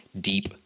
deep